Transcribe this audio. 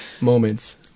moments